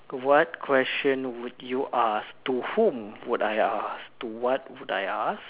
what question would you ask to whom would I ask to what would I ask